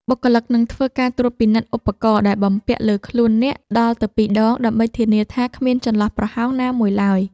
បុគ្គលិកនឹងធ្វើការត្រួតពិនិត្យឧបករណ៍ដែលបំពាក់លើខ្លួនអ្នកដល់ទៅពីរដង ដើម្បីធានាថាគ្មានចន្លោះប្រហោងណាមួយឡើយ។